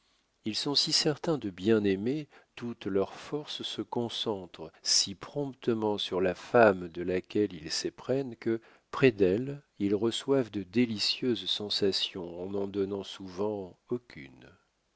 ils sont si certains de bien aimer toutes leurs forces se concentrent si promptement sur la femme de laquelle ils s'éprennent que près d'elle ils reçoivent de délicieuses sensations en n'en donnant souvent aucune